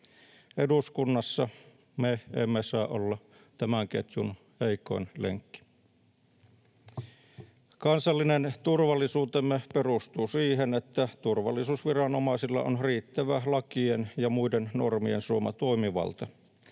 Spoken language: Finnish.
Eduskunnassa me emme saa olla tämän ketjun heikoin lenkki. Kansallinen turvallisuutemme perustuu siihen, että turvallisuusviranomaisilla on riittävä lakien ja muiden normien suoma toimivalta.